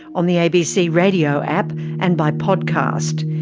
on the abc radio app and by podcast.